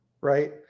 right